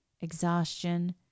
exhaustion